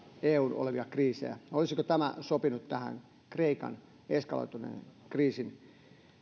eun ulkopuolella olevissa kriiseissä olisiko tämä sopinut tähän kreikan eskaloituneen kriisin